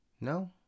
no